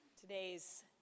Today's